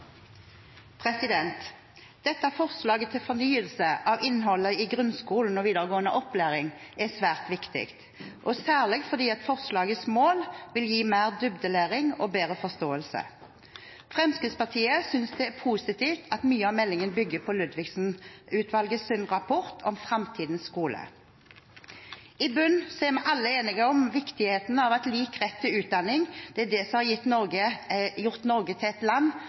Dette forslaget til fornyelse av innholdet i grunnskolen og videregående opplæring er svært viktig, særlig fordi forslagets mål vil gi mer dybdelæring og bedre forståelse. Fremskrittspartiet synes det er positivt at mye av meldingen bygger på Ludvigsen-utvalgets rapport Fremtidens skole. I bunn er vi alle enige om viktigheten av at lik rett til utdanning har gjort Norge til et land